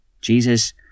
Jesus